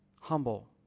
humble